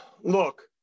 Look